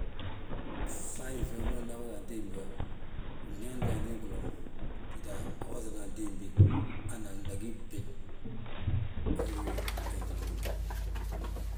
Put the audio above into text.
Fŧafñi fe, fi ma fnafati antiimbi he, win yaanti yaantini gilo. Tita a wosina antiimbi, ana gdagí gwil, wee gí wéntele wi ma.